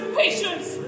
patience